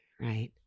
Right